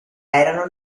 erano